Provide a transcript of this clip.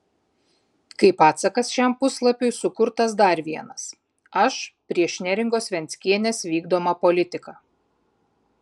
kaip atsakas šiam puslapiui sukurtas dar vienas aš prieš neringos venckienės vykdomą politiką